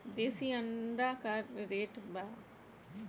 देशी अंडा का रेट बा?